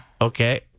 Okay